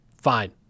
Fine